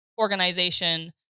organization